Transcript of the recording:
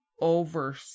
over